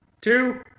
two